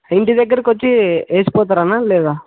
ఇంటి దగ్గరకొచ్చి వేసి పోతారా అన్న లేదా